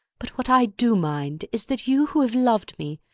but what i do mind is that you who have loved me,